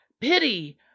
pity